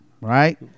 right